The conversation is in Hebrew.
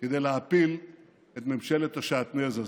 כדי להפיל את ממשלת השעטנז הזאת.